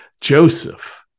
Joseph